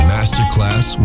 Masterclass